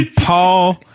Paul